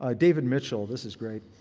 ah david mitchell. this is great.